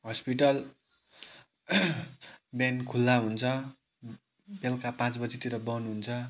hospital बिहान खुल्ला हुन्छ बेलुका पाँच बजीतिर बन्द हुन्छ